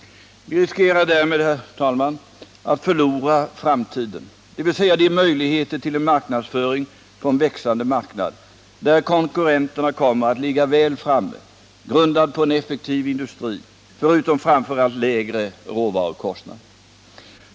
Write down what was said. Vi riskerar därmed, herr talman, att ”förlora framtiden”, dvs. de möjligheter till en marknadsföring på en växande marknad — där konkurrenterna kommer att ligga väl framme — grundad på en effektiv industri förutom framför allt lägre råvarukostnader.